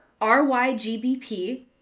RYGBP